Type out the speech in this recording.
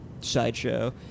sideshow